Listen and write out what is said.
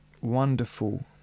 wonderful